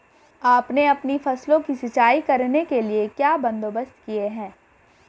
आपने अपनी फसलों की सिंचाई करने के लिए क्या बंदोबस्त किए है